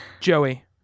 Joey